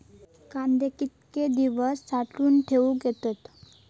कांदे कितके दिवस साठऊन ठेवक येतत?